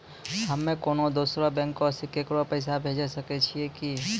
हम्मे कोनो दोसरो बैंको से केकरो पैसा भेजै सकै छियै कि?